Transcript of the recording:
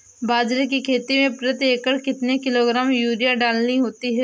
बाजरे की खेती में प्रति एकड़ कितने किलोग्राम यूरिया डालनी होती है?